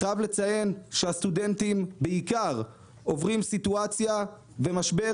אני חייב לציין שהסטודנטים בעיקר עוברים סיטואציה ומשבר